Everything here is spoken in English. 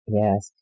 yes